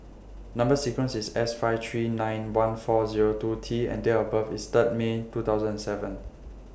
Number sequence IS S five three nine one four Zero two T and Date of birth IS Third May two thousand and seven